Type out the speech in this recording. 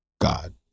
God